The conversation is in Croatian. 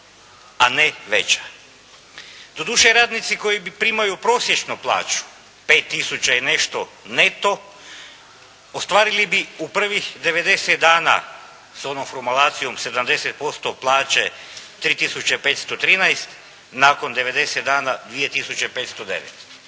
a ne veća. Doduše radnici koji primaju prosječnu plaću 5 tisuća i nešto neto, ostvarili bi u prvih 90 dana s onom formulacijom 70% plaće 3 tisuće 513, nakon 90 dana 2